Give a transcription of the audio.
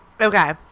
Okay